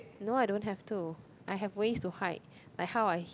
no I don't have to I have ways to hide like how I